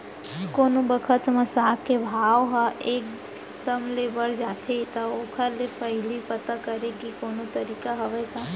कोनो बखत म साग के भाव ह एक दम ले बढ़ जाथे त ओखर ले पहिली पता करे के कोनो तरीका हवय का?